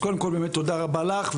אז קודם כל באמת תודה רבה לך,